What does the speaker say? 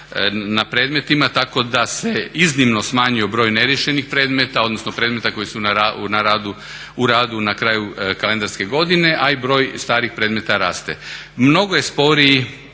na predmetima tako da se iznimno smanjio broj neriješenih predmeta odnosno predmeta koji su u radu na kraju kalendarske godine, a i broj starih predmeta raste. Mnogo je sporiji